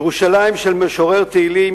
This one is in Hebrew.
ירושלים של משורר תהילים,